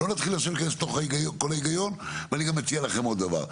לא נתחיל עכשיו להיכנס לכל ההיגיון ואני גם מציע לכם עוד דבר,